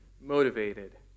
Motivated